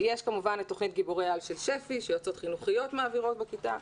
יש כמובן את תכנית "גיבורי על" של שפ"י שיועצות חינוכיות מעבירות בכיתה.